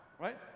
Right